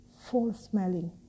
full-smelling